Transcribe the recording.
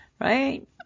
Right